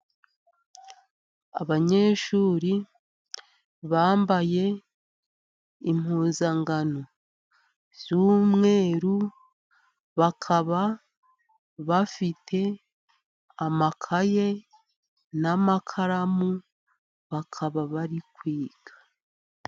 Abanyeshuri bambaye impuzangano z'umweru, bakaba bafite amakaye n'amakaramu bakaba bari kwiga.